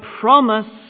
promise